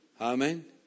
Amen